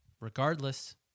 regardless